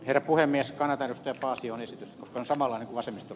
herra puhemies fagerström pasion esitys on samalla vasemmisto